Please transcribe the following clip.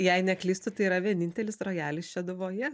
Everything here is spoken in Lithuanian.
jei neklystu tai yra vienintelis rojalis šeduvoje